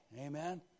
Amen